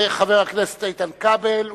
חבר הכנסת איתן כבל,